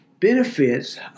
benefits